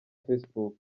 facebook